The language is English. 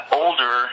older